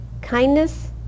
kindness